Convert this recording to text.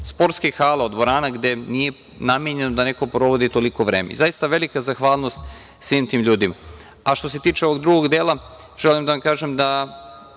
sportskih hala, od dvorana gde nije namenjeno da neko provodi toliko vreme. Zaista velika zahvalnost svim tim ljudima. Što se tiče ovog drugog dela, želim da vam kažem da